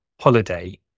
holiday